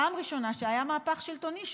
פעם ראשונה שהיה מהפך שלטוני שהוכיח,